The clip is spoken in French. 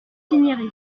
cinieri